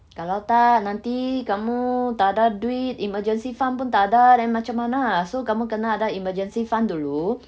kalau tak nanti kamu tak ada duit emergency fund pun tak ada then macam mana so kamu kena ada emergency fund dulu